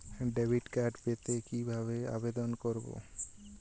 Debit card পেতে কিভাবে আবেদন করব?